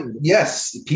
Yes